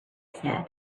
said